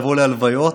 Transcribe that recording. לבוא להלוויות,